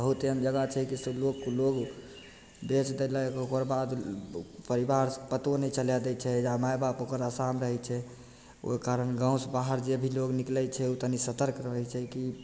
बहुत एहन जगह छै कि से लोगके लोग बेच देलक ओकर बाद परिवारसँ पतो नहि चलय दै छै जे माय बाप ओकरा आशामे रहय छै ओइ कारण गाँवसँ बाहर जे भी लोग निकलय छै ओ तनि सतर्क रहय छै कि